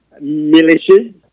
militias